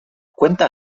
cuenta